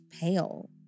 pale